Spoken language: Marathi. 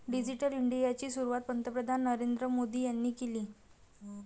डिजिटल इंडियाची सुरुवात पंतप्रधान नरेंद्र मोदी यांनी केली